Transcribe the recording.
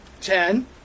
ten